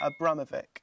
Abramovic